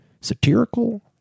satirical